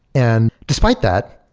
and despite that,